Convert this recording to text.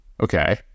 Okay